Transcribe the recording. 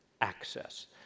access